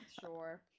Sure